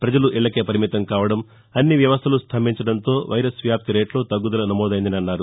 ప్రజలు ఇక్లకే పరిమితం కావడం అన్ని వ్యవస్థలూ స్తంభించడంతో వైరస్ వ్యాప్తి రేటులో తగ్గదల నమోదైందని అన్నారు